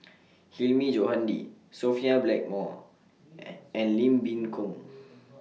Hilmi Johandi Sophia Blackmore and Lim Boon Keng